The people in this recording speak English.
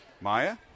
Maya